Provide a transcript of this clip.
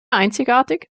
einzigartig